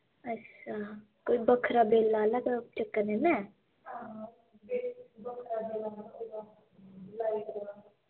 अच्छा कोई बक्खरा बिल आह्ला ते चक्कर नेईं ना ऐ